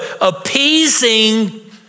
appeasing